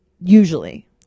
Usually